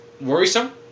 worrisome